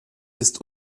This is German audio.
ist